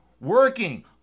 working